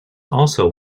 also